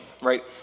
right